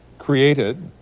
created,